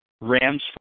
Rams